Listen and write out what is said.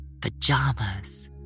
Pajamas